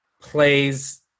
plays